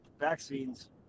vaccines